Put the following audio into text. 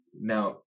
Now